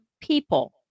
people